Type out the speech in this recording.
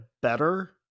better